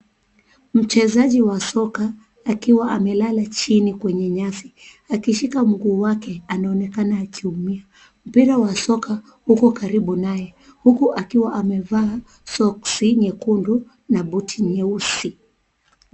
Mchezaji wa soka akiwa amelala chini kwenye nyasi akishika mguu wake, anaonekana akiumia. Mpira wa soka uko karibu naye, huku akiwa amevaa soksi nyekundu na buti nyeusi.